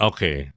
Okay